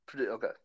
Okay